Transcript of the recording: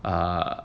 err